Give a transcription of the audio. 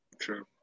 True